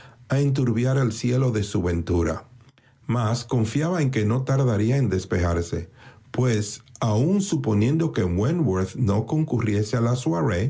a enturbiar el cielo de su ventura mas confiaba en que no tardaría en despejarse pues aun suponiendo que wentworth no concurriese